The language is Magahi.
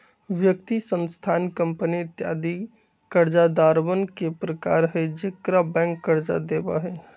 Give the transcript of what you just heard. व्यक्ति, संस्थान, कंपनी इत्यादि कर्जदारवन के प्रकार हई जेकरा बैंक कर्ज देवा हई